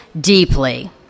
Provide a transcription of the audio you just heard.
deeply